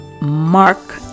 Mark